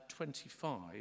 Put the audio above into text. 25